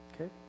Okay